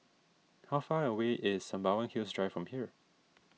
how far away is Sembawang Hills Drive from here